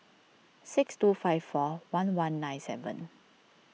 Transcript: six two five four one one nine seven